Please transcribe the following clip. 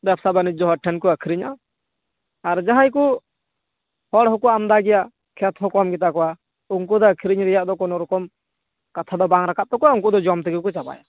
ᱵᱮᱵᱥᱟ ᱵᱟᱱᱤᱡᱡᱚ ᱦᱚᱲ ᱴᱷᱮᱱᱠᱚ ᱟᱠᱨᱤᱧᱟ ᱟᱨ ᱡᱟᱸᱦᱟᱭᱠᱳ ᱦᱚᱲ ᱦᱚᱸᱠᱚ ᱟᱢᱫᱟ ᱜᱮᱭᱟ ᱠᱷᱮᱛ ᱦᱚᱸᱠᱚ ᱟᱢᱠᱮᱫᱟ ᱠᱚᱣᱟ ᱩᱱᱠᱩᱫᱟ ᱟᱠᱨᱤᱧ ᱨᱮᱭᱟᱜ ᱠᱚ ᱠᱳᱱᱳᱨᱚᱠᱚᱢ ᱠᱟᱛᱷᱟ ᱫᱚ ᱵᱟᱝ ᱨᱟᱠᱟᱵ ᱠᱚᱣᱟ ᱩᱱᱠᱩᱫᱚ ᱡᱚᱢ ᱛᱮᱜᱮ ᱪᱟᱵᱟᱭᱟ